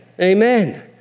Amen